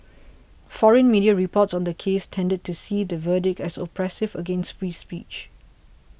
foreign media reports on the case tended to see the verdict as oppressive against free speech